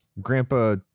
grandpa